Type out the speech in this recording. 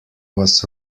was